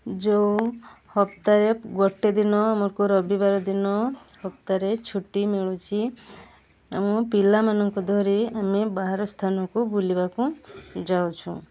ଯେଉଁ ହପ୍ତାରେ ଗୋଟେ ଦିନ ଆମକୁ ରବିବାର ଦିନ ହପ୍ତାରେ ଛୁଟି ମିଳୁଛି ଆମ ପିଲାମାନଙ୍କୁ ଧରି ଆମେ ବାହାର ସ୍ଥାନକୁ ବୁଲିବାକୁ ଯାଉଛୁ